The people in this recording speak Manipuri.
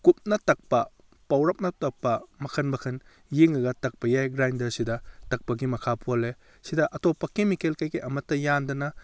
ꯀꯨꯞꯅ ꯇꯛꯄ ꯄꯧꯔꯞꯅ ꯇꯛꯄ ꯃꯈꯟ ꯃꯈꯟ ꯌꯦꯡꯉꯒ ꯇꯛꯄ ꯌꯥꯏ ꯒ꯭ꯔꯥꯏꯟꯗꯔꯁꯤꯗ ꯇꯛꯄꯒꯤ ꯃꯈꯥ ꯄꯣꯜꯂꯦ ꯑꯁꯤꯗ ꯑꯇꯣꯞꯄ ꯀꯦꯃꯤꯀꯦꯜ ꯀꯩꯀꯩ ꯑꯃꯠꯇ ꯌꯥꯟꯗꯅ